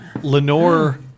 Lenore